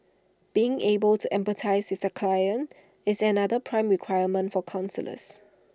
being able to empathise with their clients is another prime requirement for counsellors